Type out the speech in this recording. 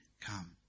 come